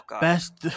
best